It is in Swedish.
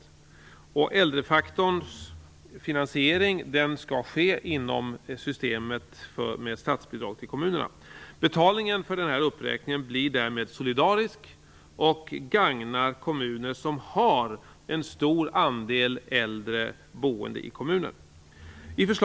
Finansieringen av äldrefaktorns uppräkning skall ske inom systemet för statsbidrag till kommunerna. Betalningen för denna uppräkning blir därmed solidarisk och gagnar kommuner som har en stor andel äldre boende.